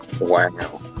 Wow